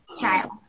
child